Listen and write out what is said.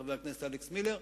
חבר הכנסת אלכס מילר,